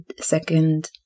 second